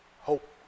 hope